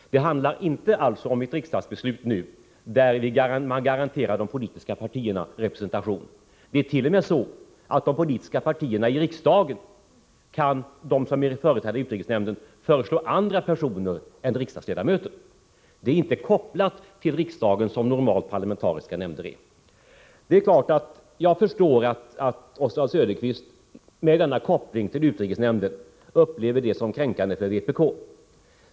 Det handlar alltså inte om ett riksdagsbeslut nu, där de politiska partierna garanteras representation. Det är t.o.m. så att de politiska partier i riksdagen som är företrädda i utrikesnämnden kan föreslå andra personer än riksdagsledamöter. Nämnden är inte kopplad till riksdagen, som parlamentariska nämnder normalt är. Jag förstår att Oswald Söderqvist med denna koppling till utrikesnämnden upplever detta som kränkande för vpk.